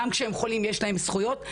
וגם כשהם חולים יש להם זכויות,